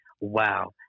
wow